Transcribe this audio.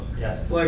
Yes